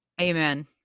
Amen